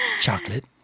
chocolate